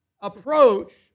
approach